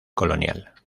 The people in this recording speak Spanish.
colonial